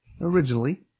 originally